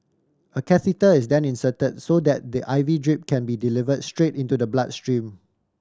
a catheter is then insert so that the I V drip can be deliver straight into the blood stream